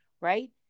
right